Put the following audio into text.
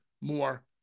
more